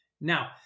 Now